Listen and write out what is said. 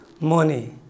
money